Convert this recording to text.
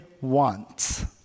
wants